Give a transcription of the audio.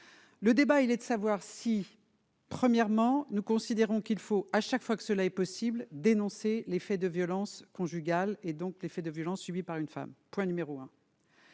le débat, il est de savoir si premièrement nous considérons qu'il faut à chaque fois que cela est possible, dénoncer les faits de violence conjugale et donc les faits de violence subies par une femme, point numéro 1.